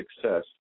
success